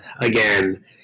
again